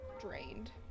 drained